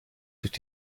durch